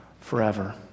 forever